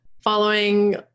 following